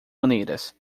maneiras